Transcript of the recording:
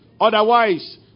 Otherwise